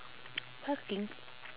parking